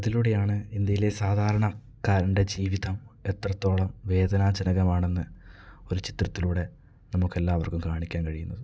അതിലൂടെയാണ് ഇന്ത്യയിലെ സാധാരണക്കാരൻ്റെ ജീവിതം എത്രത്തോളം വേദനാജനകമാണെന്ന് ഒരു ചിത്രത്തിലൂടെ നമുക്കെല്ലാവർക്കും കാണിക്കാൻ കഴിയുന്നത്